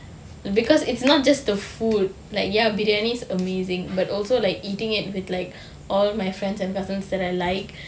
because it's not just the food like ya briyani is amazing but also like eating it with like all my friends and cousins that I like